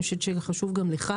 אני חושבת שחשוב גם לך